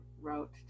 wrote